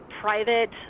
private